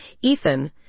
Ethan